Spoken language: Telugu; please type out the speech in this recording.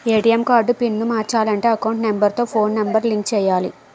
ఏటీఎం కార్డు పిన్ను మార్చాలంటే అకౌంట్ నెంబర్ తో ఫోన్ నెంబర్ లింక్ చేయాలి